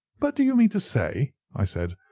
but do you mean to say, i said,